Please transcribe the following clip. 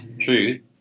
truth